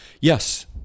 yes